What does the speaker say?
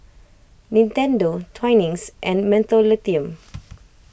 Nintendo Twinings and Mentholatum